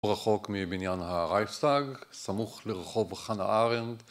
רחוק מבניין הרייכסטאג, סמוך לרחוב חנה ארנדט